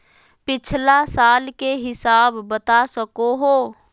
पिछला साल के हिसाब बता सको हो?